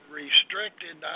restricted